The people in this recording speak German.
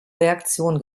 reaktion